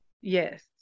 Yes